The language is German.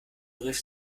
rief